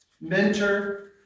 mentor